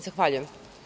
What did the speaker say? Zahvaljujem.